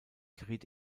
geriet